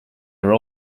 are